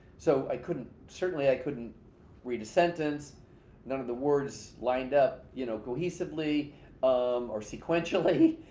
so i couldn't, certainly i couldn't read a sentence none of the words lined up, you know, cohesively um or sequentially,